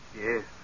Yes